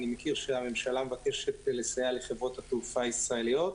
אני מכיר שהממשלה מבקשת לסייע לחברות התעופה הישראליות.